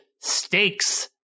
stakes